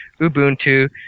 Ubuntu